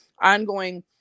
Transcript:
ongoing